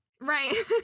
right